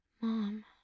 Mom